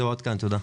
תודה.